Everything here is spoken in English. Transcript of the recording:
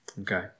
Okay